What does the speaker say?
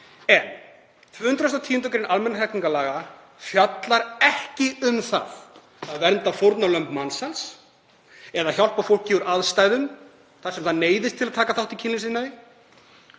en 210. gr. almennra hegningarlaga fjallar ekki um að vernda fórnarlömb mansals eða hjálpa fólki úr aðstæðum þar sem það neyðist til að taka þátt í kynlífsiðnaði,